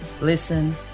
listen